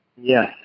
Yes